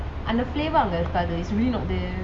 so like and the flavour and the colour is really not there